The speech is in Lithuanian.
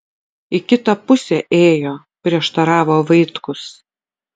į kitą pusę ėjo prieštaravo vaitkus